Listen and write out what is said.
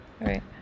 right